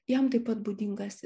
jam taip pat būdingas